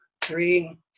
three